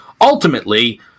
Ultimately